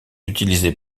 utilisée